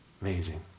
Amazing